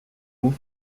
vaux